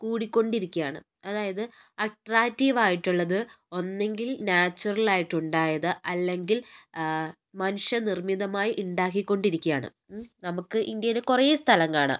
കൂടിക്കൊണ്ടിരിക്കുവാണ് അതായത് അട്രാക്റ്റീവ് ആയിട്ടുള്ളത് ഒന്നുകിൽ നാച്ചുറൽ ആയിട്ട് ഉണ്ടായത് അല്ലെങ്കിൽ മനുഷ്യ നിർമ്മിതമായി ഉണ്ടാക്കിക്കൊണ്ട് ഇരിക്കുവാണ് നമുക്ക് ഇന്ത്യയിലെ കുറേ സ്ഥലം കാണാം